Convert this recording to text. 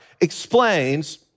explains